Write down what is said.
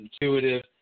intuitive